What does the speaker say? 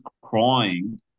crying